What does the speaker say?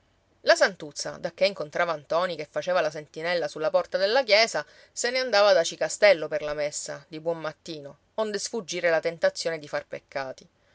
la santuzza dacché incontrava ntoni che faceva la sentinella sulla porta della chiesa se ne andava ad aci castello per la messa di buon mattino onde sfuggire la tentazione di far peccati